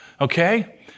Okay